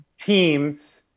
teams –